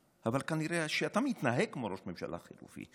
אבל אתה מתנהג כמו ראש ממשלה חלופי.